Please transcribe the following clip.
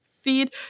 feed